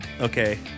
Okay